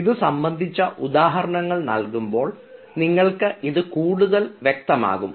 ഇതു സംബന്ധിച്ച ഉദാഹരണങ്ങൾ നൽകുമ്പോൾ നിങ്ങൾക്ക് ഇത് കൂടുതൽ വ്യക്തമാകും